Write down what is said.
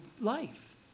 life